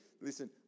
Listen